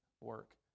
work